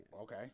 Okay